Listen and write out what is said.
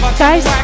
guys